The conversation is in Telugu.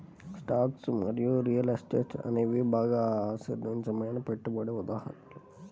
స్టాక్స్ మరియు రియల్ ఎస్టేట్ అనేవి బాగా అస్థిరమైన పెట్టుబడికి ఉదాహరణలు